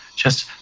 just,